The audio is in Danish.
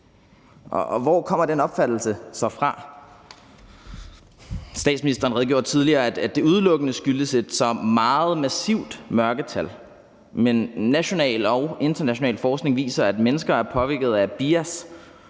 Hvor kommer den opfattelse så fra? Statsministeren redegjorde tidligere for, at det udelukkende skyldes et meget massivt mørketal, men national og international forskning viser, at mennesker er påvirket af et bias,